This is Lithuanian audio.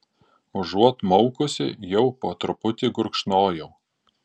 užuot maukusi jau po truputį gurkšnojau